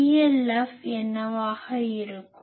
PLF என்னவாக இருக்கும்